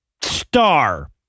star